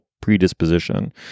predisposition